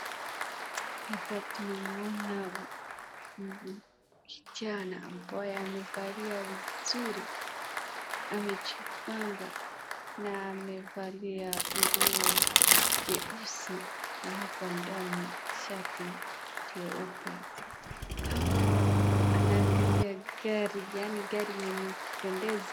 Hapa tumemuona m, m, msichana ambaye amevalia vizuri. Amejipanga na amevalia nguo jeusi na hapo ndani shati jeupe. Hapo anaangalia gari, yaani gari imempendeza.